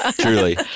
truly